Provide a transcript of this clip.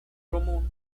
común